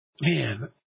man